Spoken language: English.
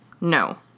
No